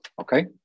Okay